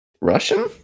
Russian